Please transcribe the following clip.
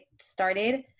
started